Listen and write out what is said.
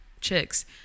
chicks